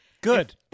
good